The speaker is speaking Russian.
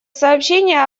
сообщения